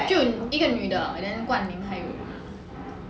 就一个女的 then 冠林还有